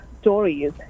stories